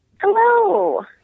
Hello